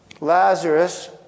Lazarus